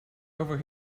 over